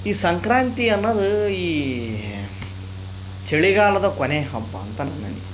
ಈ ಸಂಕ್ರಾತಿ ಅನ್ನದ ಈ ಚಳಿಗಾಲದ ಕೊನೆಯ ಹಬ್ಬ ಅಂತ ನನ್ನ ಅನಿಸಿಕೆ